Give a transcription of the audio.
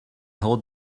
hold